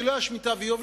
כי לא היו שמיטה ויובלות.